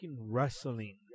wrestling